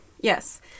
Yes